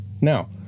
Now